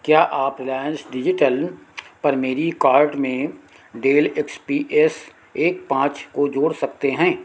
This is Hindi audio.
क्या आप रिलायंस डिजिटल पर मेरी कार्ट में डेल एक्स पी एस एक पाँच को जोड़ सकते हैं